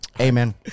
Amen